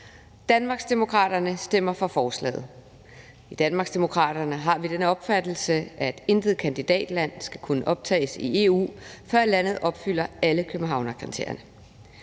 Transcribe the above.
Danmarksdemokraterne stemmer for forslaget. I Danmarksdemokraterne har vi den opfattelse, at intet kandidatland skal kunne optages i EU, før landet opfylder alle Københavnskriterierne.